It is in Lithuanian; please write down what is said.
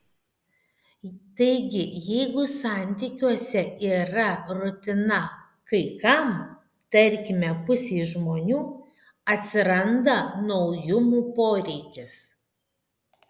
taigi jeigu santykiuose yra rutina kai kam tarkime pusei žmonių atsiranda naujumų poreikis